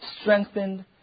strengthened